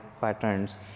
patterns